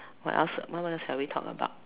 what else what else shall we talk about